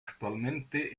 actualmente